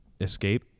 Escape